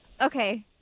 Okay